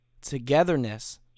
togetherness